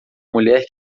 mulher